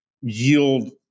yield